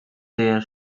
даяар